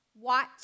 watch